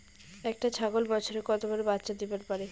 একটা ছাগল বছরে কতবার বাচ্চা দিবার পারে?